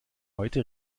heute